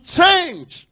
change